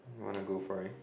wanna go for a